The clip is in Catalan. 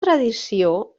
tradició